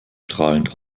strahlend